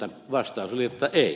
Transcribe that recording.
vastaus oli että ei